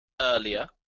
earlier